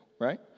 right